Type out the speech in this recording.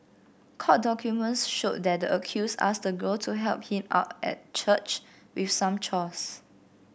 court documents showed that the accused asked the girl to help him out at the church with some chores